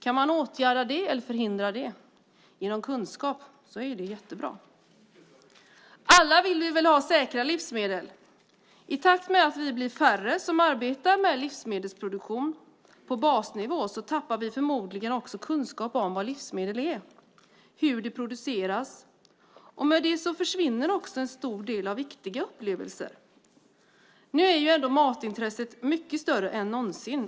Kan man åtgärda eller förhindra det genom kunskap är det jättebra. Alla vill vi väl ha säkra livsmedel. I takt med att vi blir färre som arbetar med livsmedelsproduktion på basnivå tappar vi förmodligen också kunskap om vad livsmedel är och hur de produceras. Med det försvinner också en stor del viktiga upplevelser. Matintresset är större än någonsin.